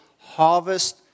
Harvest